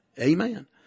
Amen